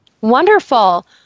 Wonderful